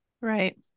Right